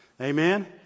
Amen